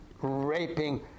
raping